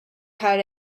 had